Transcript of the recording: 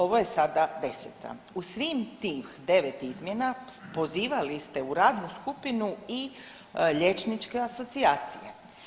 Ovo je sada 10. u svih tih 9 izmjena pozivali ste u radnu skupinu i liječničke asocijacije.